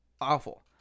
Awful